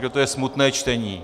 To je smutné čtení.